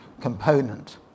component